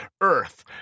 earth